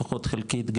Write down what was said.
לפחות חלקית,